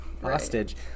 hostage